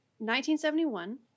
1971